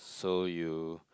so you